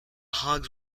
hogs